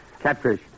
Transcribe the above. Catfish